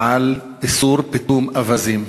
על איסור פיטום אווזים,